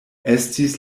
estis